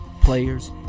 players